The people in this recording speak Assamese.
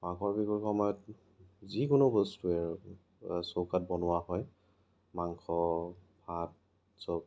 মাঘৰ বিহুৰ সময়ত যিকোনো বস্তুৱে আৰু চৌকাত বনোৱা হয় মাংস ভাত চব